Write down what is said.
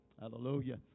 hallelujah